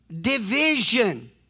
Division